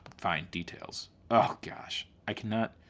fine, details. oh gosh. i cannot.